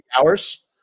hours